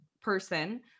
person